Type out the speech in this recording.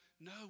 No